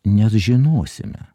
nes žinosime